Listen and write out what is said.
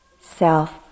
self